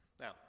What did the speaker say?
Now